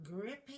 gripping